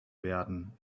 werden